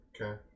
Okay